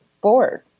board